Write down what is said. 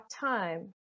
time